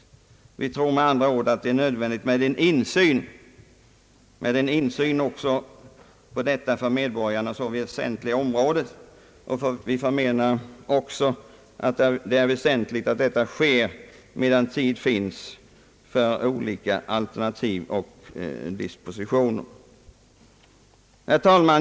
Vi tror med andra ord att det är nödvändigt med insyn också på detta för medborgarna så väsentliga område. Vi anser också att det är viktigt att detta sker medan tiden ännu är sådan att det finns möjlighet att välja mellan olika alternativ och dispositioner. Herr talman!